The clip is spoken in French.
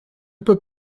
peux